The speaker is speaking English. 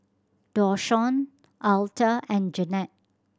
Dashawn Alta and Janet